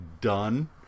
done